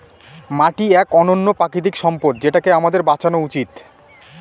মাটি এক অনন্য প্রাকৃতিক সম্পদ যেটাকে আমাদের বাঁচানো উচিত